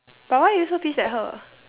but why are you so pissed at her